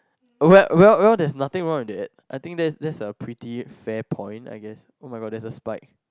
well well well there's nothing wrong with that I think that that's a pretty fair point I guess oh-my-god there's a spike